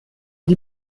die